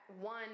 one